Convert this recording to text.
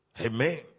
Amen